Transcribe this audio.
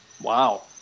Wow